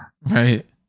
right